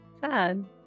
Sad